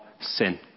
sin